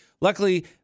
Luckily